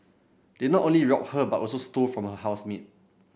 they not only robbed her but also stole from her housemate